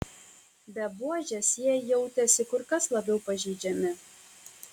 be buožės jie jautėsi kur kas labiau pažeidžiami